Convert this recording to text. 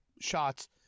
shots